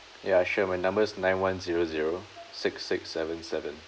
ya sure my number is nine one zero zero six six seven seven